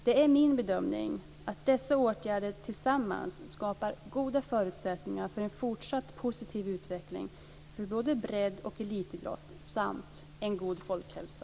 Det är min bedömning att dessa åtgärder tillsammans skapar goda förutsättningar för en fortsatt positiv utveckling för både bredd och elitidrott samt en god folkhälsa.